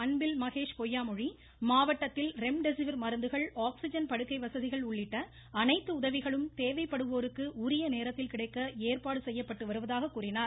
அன்பில் மகேஷ் பொய்யாமொழி மாவட்டத்தில் ரெம்டெசிவிர் மருந்துகள் ஆக்சிஜன் படுக்கை வசதிகள் உள்ளிட்ட அனைத்து உதவிகளும் தேவைப்படுவோருக்கு உரியநேரத்தில் கிடைக்க ஏற்பாடு செய்யப்பட்டு வருவதாக தெரிவித்தார்